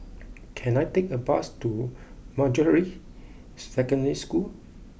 can I take a bus to Manjusri Secondary School